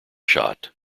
shot